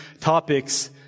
topics